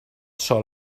sol